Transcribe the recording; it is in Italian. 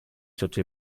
sotto